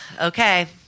Okay